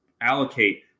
allocate